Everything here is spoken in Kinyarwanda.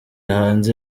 hanze